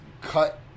cut